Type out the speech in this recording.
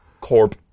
corp